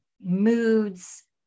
moods